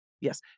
Yes